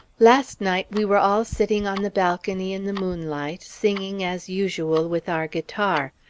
last night we were all sitting on the balcony in the moonlight, singing as usual with our guitar.